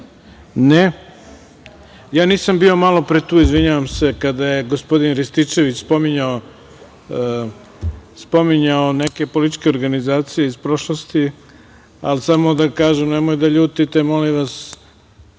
(Ne.)Nisam bio malo pre tu, izvinjavam se, kada je gospodin Rističević spominjao neke političke organizacije iz prošlosti ali samo da kažem, nemojte da ljutite molim vas,